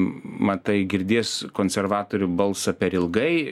matai girdės konservatorių balsą per ilgai